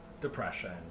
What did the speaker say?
depression